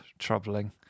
Troubling